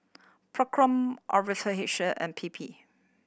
Procom R V and P P